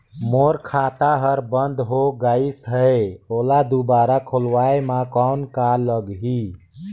मोर खाता हर बंद हो गाईस है ओला दुबारा खोलवाय म कौन का लगही?